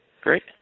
Great